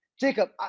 Jacob